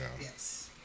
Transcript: Yes